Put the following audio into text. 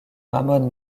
ramón